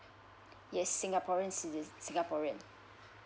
yes singaporean it is singaporean